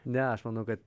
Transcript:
ne aš manau kad